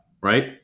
right